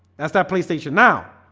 that's that playstation now